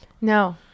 no